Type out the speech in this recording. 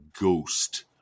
ghost